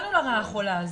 התרגלנו לרעה החולה הזאת.